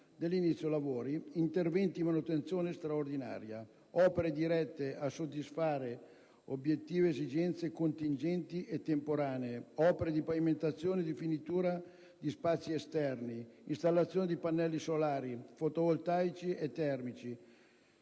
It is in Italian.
dell'inizio dei lavori, interventi di manutenzione straordinaria, opere dirette a soddisfare obiettive esigenze contingenti e temporanee, opere di pavimentazione e di finitura di spazi esterni, installazione di pannelli solari, fotovoltaici e termici